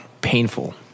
painful